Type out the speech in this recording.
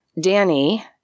Danny